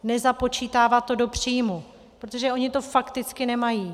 Nezapočítávat to do příjmu, protože oni to fakticky nemají.